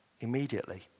immediately